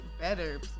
better